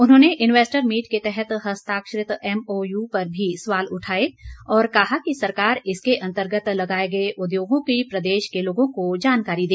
उन्होंने investor meet के तहत हस्ताक्षरित एमओयू पर भी सवाल उठाए और कहा कि सरकार इसके अंतर्गत लगाए गए उद्योगों की प्रदेश के लोगों को जानकारी दे